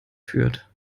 führt